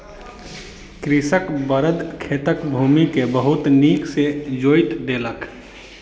कृषकक बड़द खेतक भूमि के बहुत नीक सॅ जोईत देलक